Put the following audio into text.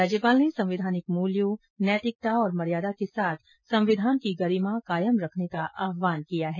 राज्यपाल ने संवैधानिक मूल्यों नैतिकता और मर्यादा के साथ संविधान की गरिमा कायम रखने का आह्वान किया है